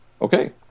Okay